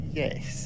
yes